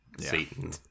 Satan